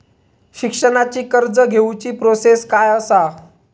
शिक्षणाची कर्ज घेऊची प्रोसेस काय असा?